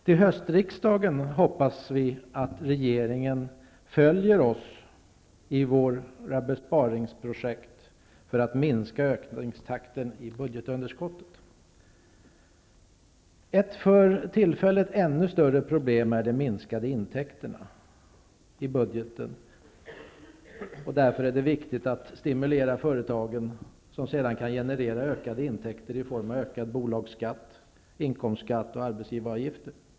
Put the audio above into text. Till höstriksdagen hoppas vi att regeringen följer oss i våra besparingsprojekt för att minska ökningstakten i budgetunderskottet. Ett för tillfället ännu större problem är de minskade intäkterna i budgeten. Därför är det viktigt att stimulera företagen. De kan sedan generera ökade intäkter i form av ökad bolagsskatt, ökad inkomstskatt och ökade arbetsgivaravgifter.